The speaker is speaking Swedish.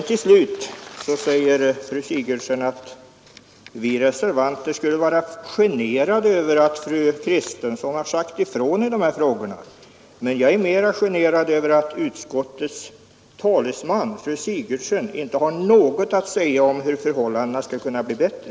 Till slut säger fru Sigurdsen att vi reservanter skulle vara generade över att fru Kristensson sagt ifrån i de här frågorna. Jag är mera generad över att utskottets talesman fru Sigurdsen inte har något att säga om hur förhållandena skall kunna bli bättre.